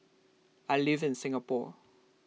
I live in Singapore